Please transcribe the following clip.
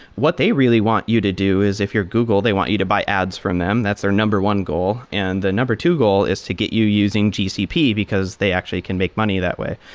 what they really want you to do is if you're google, they want you to buy ads from them. that's their number one goal. and the number two goal is to get you using gcp, because they actually can make money that way.